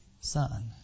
son